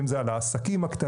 אם זה על העסקים הקטנים,